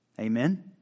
Amen